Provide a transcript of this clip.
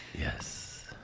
yes